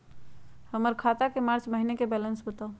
हमर खाता के मार्च महीने के बैलेंस के बताऊ?